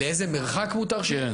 לאיזה מרחק מותר שיהיה?